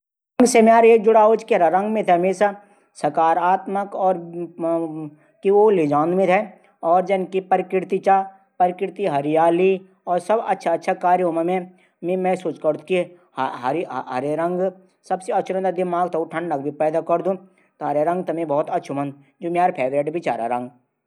मि यात्रा कनू रोडवेज गाडी मां पंसद करदू। किले की एक त किराया भी कम पुडदू। और रोडवेज ड्राइवर भी अनुभव हूदा। इले हम सुरक्षा हिसाब से ठीक हूंदा